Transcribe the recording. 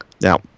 Now